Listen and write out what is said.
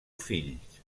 fills